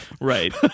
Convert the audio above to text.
Right